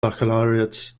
baccalaureate